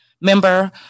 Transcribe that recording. member